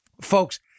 Folks